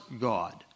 God